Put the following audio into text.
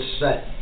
set